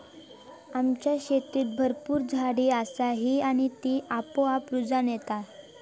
आमच्या शेतीत भरपूर झाडी असा ही आणि ती आपोआप रुजान येता